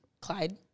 Clyde